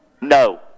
No